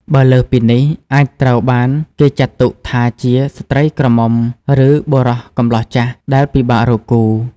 បើលើសពីនេះ អាចត្រូវបានគេចាត់ទុកថាជា ស្ត្រីក្រមុំ ឬ បុរសកម្លោះចាស់ ដែលពិបាករកគូ ។